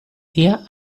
día